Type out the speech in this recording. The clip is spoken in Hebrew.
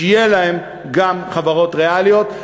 שיהיו להם גם חברות ריאליות.